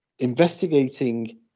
Investigating